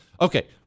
Okay